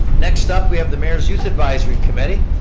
next up, we have the mayor's youth advisory committee.